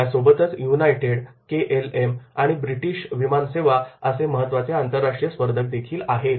यासोबतच United K L M आणि British विमानसेवा असे महत्त्वाचे आंतरराष्ट्रीय स्पर्धक देखील आहे